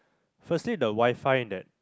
firstly the WiFi in that